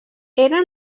era